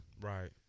Right